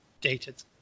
dated